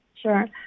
Sure